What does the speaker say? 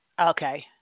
Okay